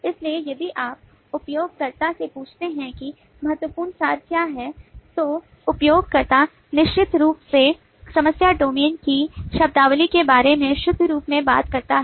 इसलिए यदि आप उपयोगकर्ता से पूछते हैं कि महत्वपूर्ण सार क्या हैं तो उपयोगकर्ता निश्चित रूप से समस्या डोमेन की शब्दावली के बारे में शुद्ध रूप में बात करता है